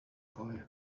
boy